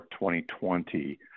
2020